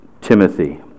Timothy